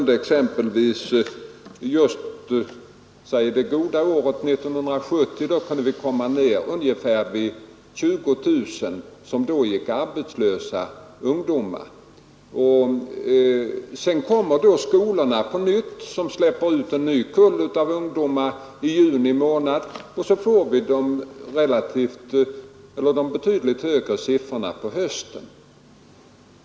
Det goda året 1970 kunde vi komma ner till ungefär 20 000 arbetslösa ungdomar. I juni släpper skolorna på nytt ut en kull av ungdomar, och så får vi de betydligt högre siffrorna på hösten.